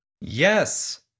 Yes